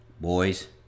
Boys